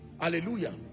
Hallelujah